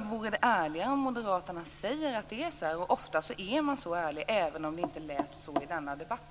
vore det ärligare om moderaterna sade att det är så, och ofta är man så ärlig även om det inte lät så i denna debatt.